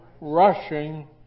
rushing